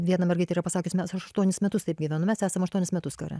viena mergaitė yra pasakius mes aštuonis metus taip gyvenom mes esam aštuonis metus kare